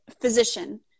physician